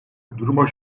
duruma